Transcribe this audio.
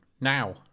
now